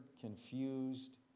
confused